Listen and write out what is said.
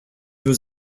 was